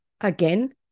again